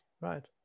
right